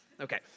Okay